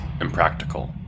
Impractical